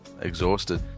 exhausted